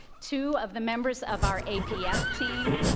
two of the members of our apf team,